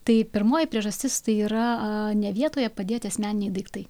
tai pirmoji priežastis tai yra a ne vietoje padėti asmeniniai daiktai